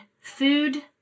food